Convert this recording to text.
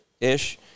ish